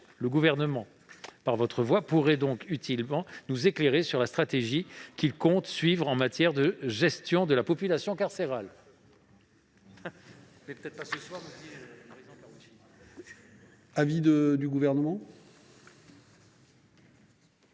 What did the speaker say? Le Gouvernement, par votre voix, pourrait donc utilement nous éclairer sur la stratégie qu'il compte suivre en matière de gestion de la population carcérale.